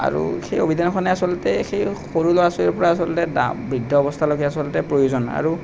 আৰু সেই অভিধানখনে আচলতে সেই সৰু ল'ৰা ছোৱালীৰ পৰা আচলতে বৃদ্ধ অৱস্থালৈকে আচলতে প্ৰয়োজন আৰু